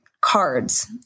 cards